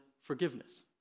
forgiveness